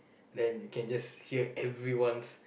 then you can just hear everyone's